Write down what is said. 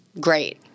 great